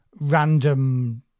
random